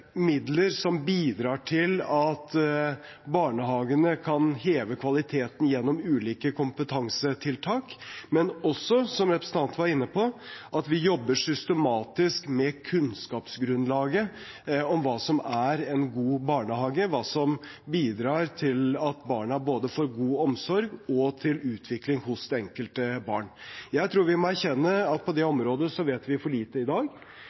midler som bidrar til at barnehagene kan heve kvaliteten gjennom ulike kompetansetiltak, men også, som representanten var inne på, at vi jobber systematisk med kunnskapsgrunnlaget om hva som er en god barnehage, hva som bidrar til at barna får god omsorg, og hva som bidrar til utvikling hos det enkelte barn. Jeg tror vi må erkjenne at vi på det området vet for lite i dag.